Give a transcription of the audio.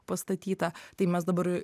pastatytą tai mes dabar